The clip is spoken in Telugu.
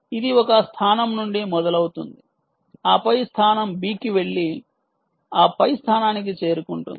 ఇది ఒక స్థానం నుండి మొదలవుతుంది ఆపై స్థానం B కి వెళ్లి ఆపై స్థానానికి చేరుకుంటుంది